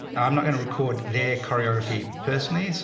i'm not gonna record their choreography personally. so